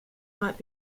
might